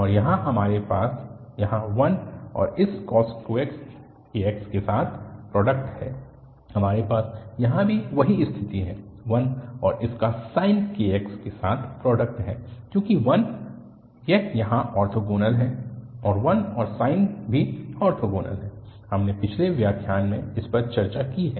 और यहाँ हमारे पास यहाँ 1 और इस cos kx के साथ प्रोडक्ट है हमारे पास यहाँ भी वही स्थिति है 1 और इसका sin kx के साथ प्रोडक्ट है चूँकि 1 और यह यहाँ ओर्थोगोनल हैं 1 और साइन भी ऑर्थोगोनल हैं हमने पिछले व्याख्यान में इस पर चर्चा की है